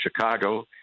Chicago